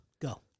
Go